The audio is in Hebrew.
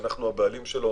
שאנחנו הבעלים שלו,